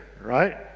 right